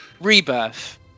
Rebirth